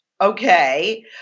okay